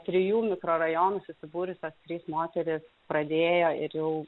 trijų mikrorajonų susibūrusios trys moterys pradėjo ir jau